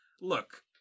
look